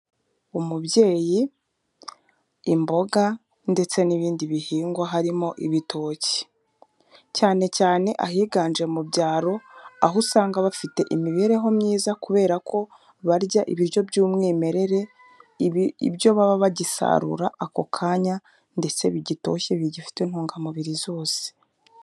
Umubyeyi, imboga ndetse n'ibindi bihingwa harimo ibitoki. Cyane cyane ahiganje mu byaro aho usanga bafite imibereho myiza kubera ko barya ibiryo by'umwimerere ibyo baba bagisarura ako kanya, ndetse bigitoshye bigifite intungamubiri zose.